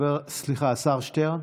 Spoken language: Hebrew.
סליחה, השר שטרן.